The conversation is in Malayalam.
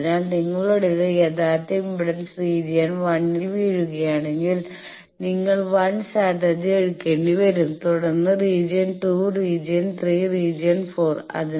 അതിനാൽ നിങ്ങളുടേത് യഥാർത്ഥ ഇംപെഡൻസ് റീജിയൻ 1 ൽ വീഴുകയാണെങ്കിൽ നിങ്ങൾ 1 സ്ട്രാറ്റജി എടുക്കേണ്ടിവരും തുടർന്ന് റീജിയൻ 2 റീജിയൻ 3 റീജിയൻ 4